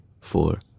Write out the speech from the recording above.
four